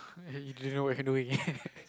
okay you don't know what you doing